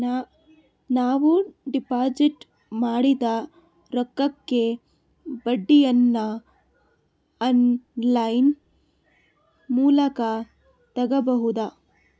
ನಾವು ಡಿಪಾಜಿಟ್ ಮಾಡಿದ ರೊಕ್ಕಕ್ಕೆ ಬಡ್ಡಿಯನ್ನ ಆನ್ ಲೈನ್ ಮೂಲಕ ತಗಬಹುದಾ?